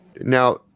now